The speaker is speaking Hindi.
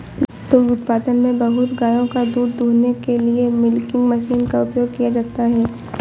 दुग्ध उत्पादन में बहुत गायों का दूध दूहने के लिए मिल्किंग मशीन का उपयोग किया जाता है